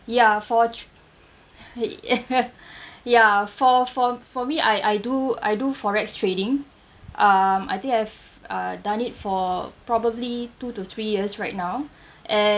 ya for ch~ he~ ya for for for me I I do I do FOREX trading um I think I've uh done it for probably two to three years right now and